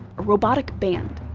a robotic band.